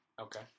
Okay